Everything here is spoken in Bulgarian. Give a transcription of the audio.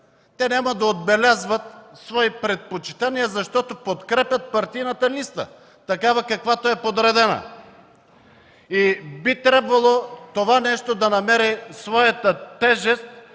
няма да отбелязват свои предпочитания, защото подкрепят партийната листа, както е подредена. Би трябвало това да намери своята тежест,